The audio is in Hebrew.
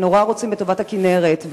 נורא רוצים בטובת הכינרת,